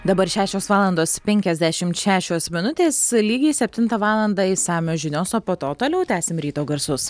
dabar šešios valandos penkiasdešimt šešios minutės lygiai septintą valandą išsamios žinios o po to toliau tęsim ryto garsus